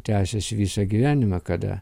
tęsiasi visą gyvenimą kada